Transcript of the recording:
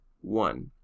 one